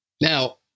Now